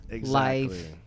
life